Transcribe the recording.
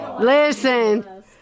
Listen